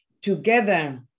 Together